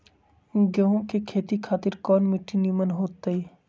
गेंहू की खेती खातिर कौन मिट्टी निमन हो ताई?